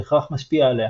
בהכרח משפיע עליה,